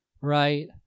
right